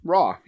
Raw